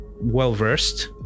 well-versed